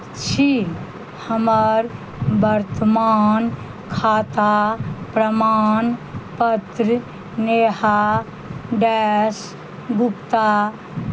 छी हमर वर्तमान खाता प्रमाण पत्र नेहा डैश गुप्ता